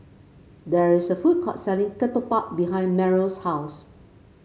there is a food court selling ketupat behind Merrill's house